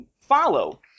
follow